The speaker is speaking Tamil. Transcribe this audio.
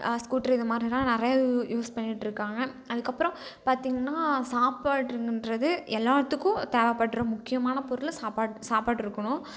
ஸ்கூட்ரு இது மாதிரிலாம் நிறையா யூ யூஸ் பண்ணிகிட்டு இருக்காங்க அதுக்கு அப்புறம் பார்த்திங்கன்னா சாப்பாடுன்றது எல்லாத்துக்கும் தேவப்படுற முக்கியமான பொருள் சாப்பாட்டு சாப்பாடு இருக்கணும்